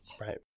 Right